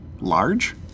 large